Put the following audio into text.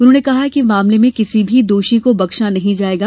उन्होंने कहा कि मामले में किसी भी दोषी को बख्शा नहीं जाएगा